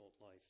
life